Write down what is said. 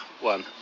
one